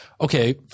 okay